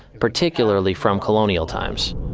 particularly from colonial times.